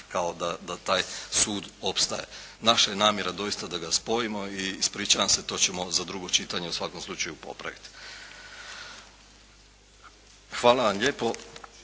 kao da taj sud opstaje. Naša je namjera doista da ga spojimo i ispričavam se, to ćemo za drugo čitanje u svakom slučaju popraviti. Hvala vam lijepo.